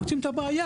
הם מוצאים את הבעיה.